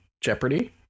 jeopardy